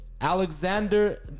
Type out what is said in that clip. Alexander